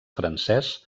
francès